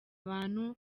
abantu